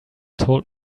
told